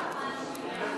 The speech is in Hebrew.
בהצבעה